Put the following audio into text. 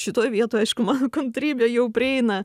šitoj vietoj aišku mano kantrybė jau prieina